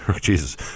Jesus